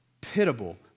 pitiable